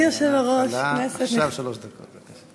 שלוש דקות.